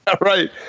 right